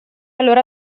allora